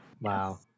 wow